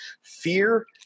fear